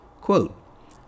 quote